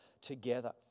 together